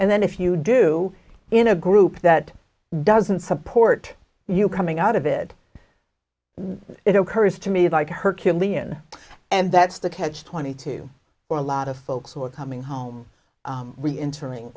and then if you do in a group that doesn't support you coming out of it it occurs to me of like her kilian and that's the catch twenty two for a lot of folks who are coming home reentering